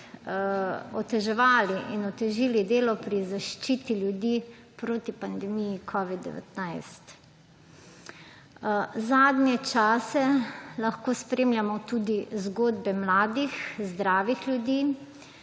oteževali in otežili delo pri zaščiti ljudi proti pandemiji covida-19. Zadnje časa lahko spremljamo tudi zgodbe mladih, zdravih ljudi,